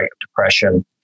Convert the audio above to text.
depression